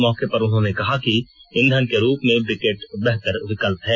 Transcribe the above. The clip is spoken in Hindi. मौके पर उन्होंने कहा कि ईंधन के रूप में ब्रिकेट बेहतर विकल्प है